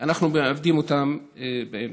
אנחנו מאבדים אותם באמצע.